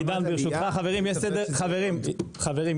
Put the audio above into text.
חברים,